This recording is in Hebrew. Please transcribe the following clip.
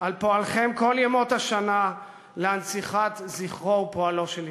על פועלכם כל ימות השנה להנצחת זכרו ופועלו של יצחק.